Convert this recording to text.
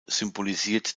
symbolisiert